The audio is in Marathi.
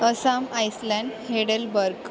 Assam Iceland Heidelberg